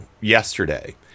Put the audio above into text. yesterday